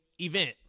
event